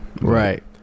right